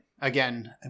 Again